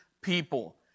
people